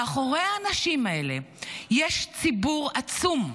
מאחורי האנשים האלה יש ציבור עצום,